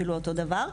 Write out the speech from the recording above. אפילו אותו דבר,